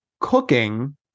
cooking